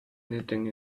anything